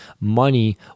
money